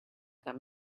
them